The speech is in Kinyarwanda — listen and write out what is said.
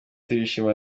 turishima